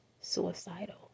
suicidal